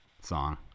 song